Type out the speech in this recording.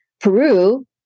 Peru